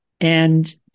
And-